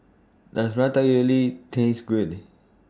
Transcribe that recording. Does Ratatouille Taste Good